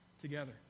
together